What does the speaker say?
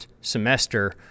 semester